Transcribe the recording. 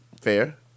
Fair